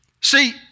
See